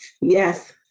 Yes